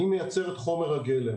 אני מייצר את חומר הגלם,